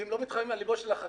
ואם לא מתחרים על לבו של החקלאי,